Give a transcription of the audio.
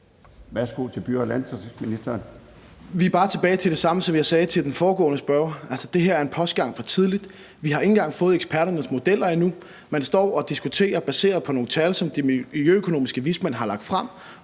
for byer og landdistrikter (Morten Dahlin): Vi er bare tilbage ved det samme, som jeg sagde til den foregående spørger: Det her er en postgang for tidligt; vi har ikke engang fået eksperternes modeller endnu; man står og diskuterer baseret på nogle tal, som de miljøøkonomiske vismænd har lagt frem,